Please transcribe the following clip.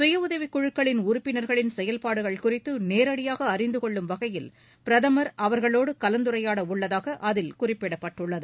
சுயஉதவிக்குழுக்களின் உறுப்பினர்களின் செயல்பாடுகள் குறித்து நேரடியாக அறிந்தகொள்ளும் வகையில் பிரதமர் அவர்களோடு கலந்துரையாட உள்ளதாக அதில் குறிப்பிடப்பட்டுள்ளது